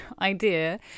idea